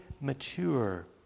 mature